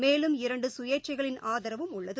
மேலும் இரண்டுகயேச்சைகளின் ஆதரவும் உள்ளது